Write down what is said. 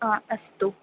आ अस्तु